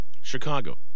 Chicago